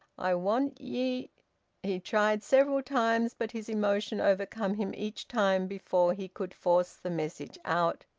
i want ye he tried several times, but his emotion overcame him each time before he could force the message out.